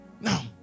Now